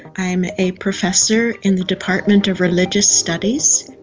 i am a professor in the department of religious studies,